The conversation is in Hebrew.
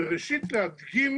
וראשית להדגים